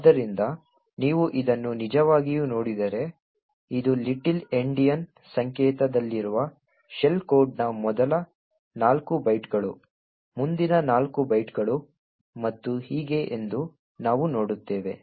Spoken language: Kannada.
ಆದ್ದರಿಂದ ನೀವು ಇದನ್ನು ನಿಜವಾಗಿಯೂ ನೋಡಿದರೆ ಇದು ಲಿಟಲ್ ಎಂಡಿಯನ್ ಸಂಕೇತದಲ್ಲಿರುವ ಶೆಲ್ ಕೋಡ್ನ ಮೊದಲ ನಾಲ್ಕು ಬೈಟ್ಗಳು ಮುಂದಿನ ನಾಲ್ಕು ಬೈಟ್ಗಳು ಮತ್ತು ಹೀಗೆ ಎಂದು ನಾವು ನೋಡುತ್ತೇವೆ